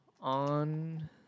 on